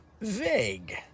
vague